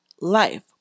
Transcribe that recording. life